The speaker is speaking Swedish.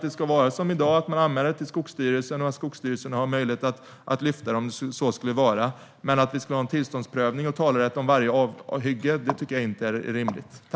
Det ska vara som i dag: att man anmäler till Skogsstyrelsen och att Skogsstyrelsen har en möjlighet att lyfta det. Men att vi skulle ha tillståndsprövning och talerätt i fråga om varje hygge tycker jag inte är rimligt.